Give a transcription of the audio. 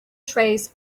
trays